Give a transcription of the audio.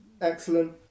excellent